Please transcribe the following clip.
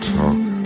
talk